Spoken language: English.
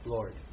Lord